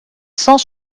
cent